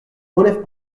relèvent